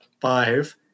Five